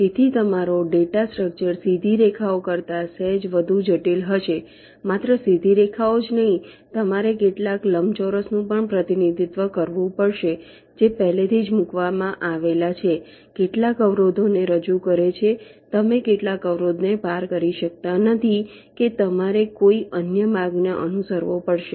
તેથી તમારો data structure સીધી રેખાઓ કરતાં સહેજ વધુ જટિલ હશે માત્ર સીધી રેખાઓ જ નહીં તમારે કેટલાક લંબચોરસનું પણ પ્રતિનિધિત્વ કરવું પડશે જે પહેલાથી મૂકવામાં આવેલા છે કેટલાક અવરોધોને રજૂ કરે છે તમે એક અવરોધને પાર કરી શકતા નથી કે તમારે કોઈ અન્ય માર્ગને અનુસરવો પડશે